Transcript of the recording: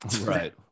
right